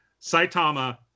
Saitama